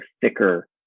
thicker